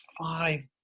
five